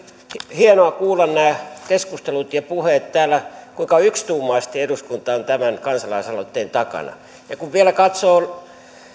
hienoa kuulla nämä keskustelut ja puheet täällä kuinka yksituumaisesti eduskunta on tämän kansalaisaloitteen takana ja kun vielä